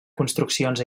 construccions